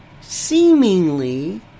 seemingly